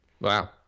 wow